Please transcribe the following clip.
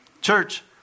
Church